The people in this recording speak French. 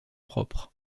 propre